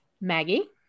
Maggie